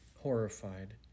horrified